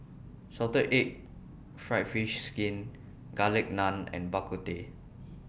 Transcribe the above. Salted Egg Fried Fish Skin Garlic Naan and Bak Kut Teh